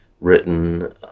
written